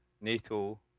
NATO